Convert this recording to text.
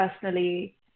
personally